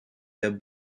der